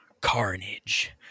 carnage